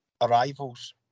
arrivals